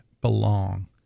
belong